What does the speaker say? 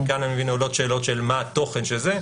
כי כאן אני מבין שעולות שאלות של מה התוכן של זה.